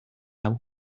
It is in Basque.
hau